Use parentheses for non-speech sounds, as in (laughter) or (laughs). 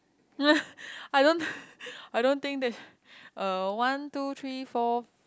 (laughs) I don't I don't think that uh one two three four